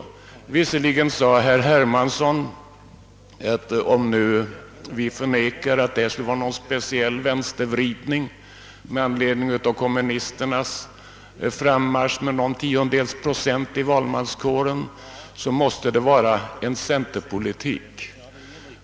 Herr Hermansson sade, att vårt bestridande att förslaget om en investeringsbank inte skulle utgöra någon speciell vänsteryridning med anledning av kommunisternas frammarsch med några tiondels procent av valmanskåren, måste leda till att vi för centerpolitik.